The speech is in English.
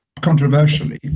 controversially